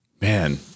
Man